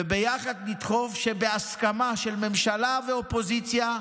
וביחד נדחוף שבהסכמה של ממשלה ואופוזיציה,